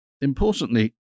Importantly